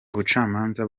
ubucamanza